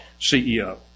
CEO